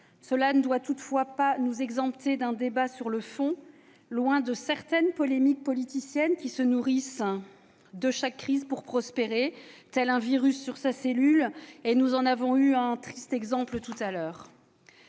Cela ne doit toutefois pas nous exempter d'un débat sur le fond, loin de certaines polémiques politiciennes qui se nourrissent de chaque crise pour prospérer, comme un virus sur sa cellule. Nous en avons eu un triste exemple dans cet